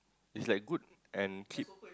is like good and keep